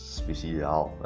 speciaal